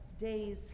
days